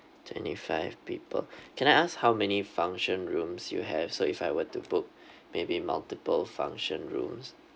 twenty five people can I ask how many function rooms you have so if I were to book maybe multiple function rooms